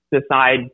decide